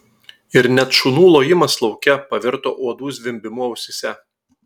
ir net šunų lojimas lauke pavirto uodų zvimbimu ausyse